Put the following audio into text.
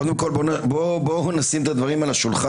קודם כל בואו נשים את הדברים על השולחן